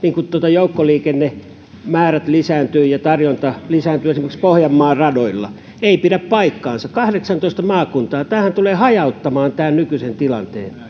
joukkoliikennemäärät lisääntyvät ja tarjonta lisääntyy esimerkiksi pohjanmaan radoilla ei pidä paikkaansa kahdeksantoista maakuntaa tämähän tulee hajauttamaan tämän nykyisen tilanteen